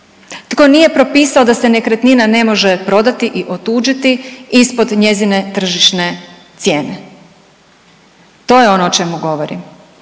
tko nije propisao da se nekretnina ne može prodati i otuđiti ispod njezine tržišne cijene? To je ono o čemu govorim.